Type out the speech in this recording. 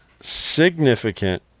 significant